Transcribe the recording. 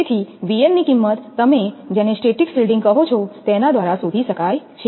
તેથી 𝑉𝑛 ની કિંમત તમે જેને સ્ટેટિક શિલ્ડિંગ કહો છો તેના દ્વારા શોધી શકાય છે